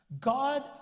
God